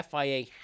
FIA